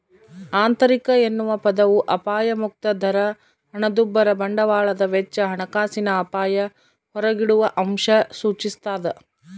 ಆಂತರಿಕ ಎನ್ನುವ ಪದವು ಅಪಾಯಮುಕ್ತ ದರ ಹಣದುಬ್ಬರ ಬಂಡವಾಳದ ವೆಚ್ಚ ಹಣಕಾಸಿನ ಅಪಾಯ ಹೊರಗಿಡುವಅಂಶ ಸೂಚಿಸ್ತಾದ